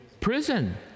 Prison